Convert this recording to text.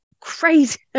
crazy